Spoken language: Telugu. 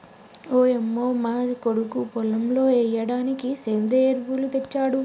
ఓయంమో మా కొడుకు పొలంలో ఎయ్యిడానికి సెంద్రియ ఎరువులు తెచ్చాడు